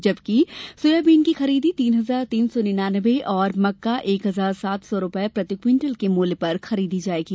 जबकि सोयाबीन की खरीदी तीन हजार तीन सौै नियानवे और मक्का एक हजार सात सौ रूपये प्रति क्विंटल के मूल्य पर खरीदी जाएगी